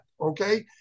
Okay